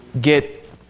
get